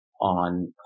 on